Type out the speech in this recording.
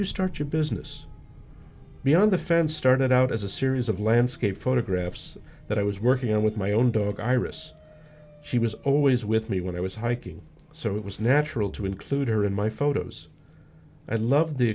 you start your business beyond the fence started out as a series of landscape photographs that i was working on with my own dog iris she was always with me when i was hiking so it was natural to include her in my photos i love the